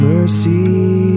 Mercy